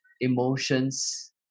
emotions